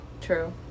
True